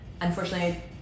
unfortunately